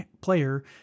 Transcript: player